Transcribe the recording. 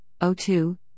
O2